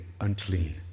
unclean